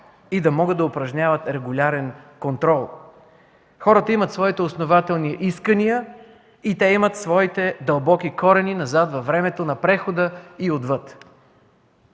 и да могат да упражняват регулярен контрол. Хората имат своите основателни искания и те имат своите дълбоки корени назад във времето на прехода и отвъд.